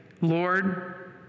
Lord